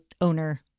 owner